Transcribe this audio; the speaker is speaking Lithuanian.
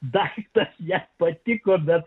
daiktą jam patiko bet